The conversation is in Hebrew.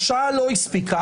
השעה לא הספיקה,